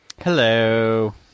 Hello